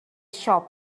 shop